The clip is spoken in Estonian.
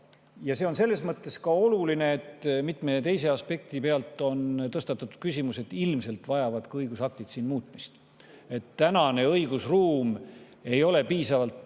See on selles mõttes oluline, et mitme teise aspekti pealt on tõstatatud küsimus, et ilmselt vajavad ka õigusaktid muutmist. Tänane õigusruum ei ole piisavalt